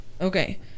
Okay